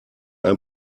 ein